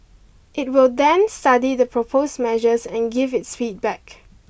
it will then study the proposed measures and give its feedback